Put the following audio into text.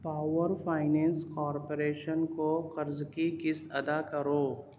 power finance corporation کو قرض کی قسط ادا کرو